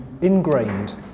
ingrained